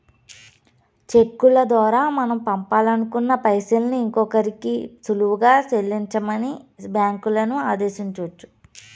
చెక్కుల దోరా మనం పంపాలనుకున్న పైసల్ని ఇంకోరికి సులువుగా సెల్లించమని బ్యాంకులని ఆదేశించొచ్చు